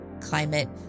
climate